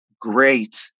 great